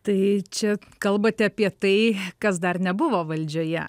tai čia kalbate apie tai kas dar nebuvo valdžioje